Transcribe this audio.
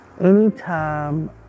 anytime